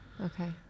Okay